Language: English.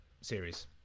series